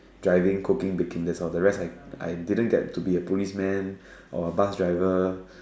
driving cooking baking that's all the rest I I didn't get to be a policeman or bus driver